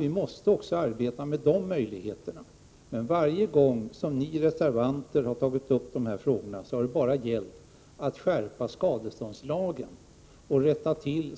Vi måste också arbeta med dessa möjligheter. Men varje gång som ni reservanter har tagit upp de här frågorna har det bara gällt att skärpa skadeståndslagen och rätta till